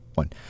one